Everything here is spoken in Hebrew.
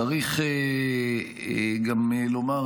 צריך גם לומר,